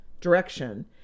direction